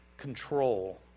control